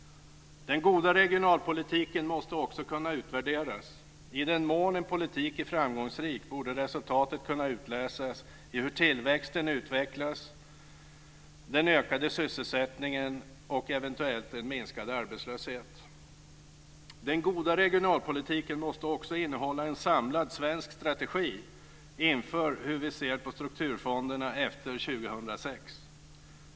Den goda regionalpolitiken måste också kunna utvärderas. I den mån en politik är framgångsrik borde resultatet kunna utläsas i hur tillväxten utvecklas, i den ökade sysselsättningen och eventuellt i en minskad arbetslöshet. Den goda regionalpolitiken måste också innehålla en samlad svensk strategi inför hur vi ser på strukturfonderna efter 2006.